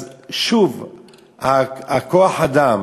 אז שוב, גם כוח-האדם